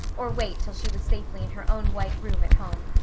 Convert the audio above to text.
or wait till she was safely in her own white room at home.